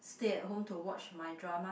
stay at home to watch my drama